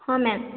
ହଁ ମ୍ୟାମ୍